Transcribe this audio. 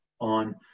on